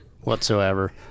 whatsoever